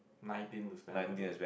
nineteen to spend over day